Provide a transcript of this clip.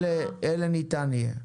אלה ניתן יהיה.